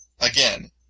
again